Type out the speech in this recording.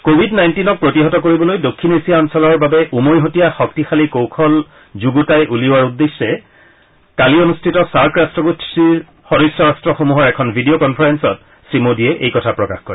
Covid নাইণ্টিনক প্ৰতিহত কৰিবলৈ দক্ষিণ এছিয়া অঞ্চলৰ বাবে উমৈহতীয়া শক্তিশালী কৌশল যুগুতাই উলিওৱাৰ উদ্দেশ্যে কালি অনুষ্ঠিত ছাৰ্ক ৰাট্টগোষ্ঠীৰ সদস্য ৰাট্টসমূহৰ এখন ভিডিঅ কনফাৰেঞ্চত শ্ৰীমোদীয়ে এই কথা প্ৰকাশ কৰে